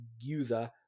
user